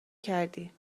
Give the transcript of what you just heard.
کردی